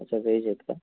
अच्छा वेज आहेत का